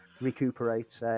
Recuperate